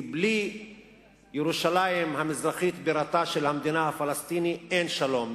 כי בלי ירושלים המזרחית בירתה של המדינה הפלסטינית אין שלום.